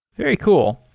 very cool.